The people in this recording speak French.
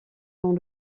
dans